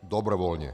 Dobrovolně.